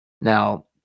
Now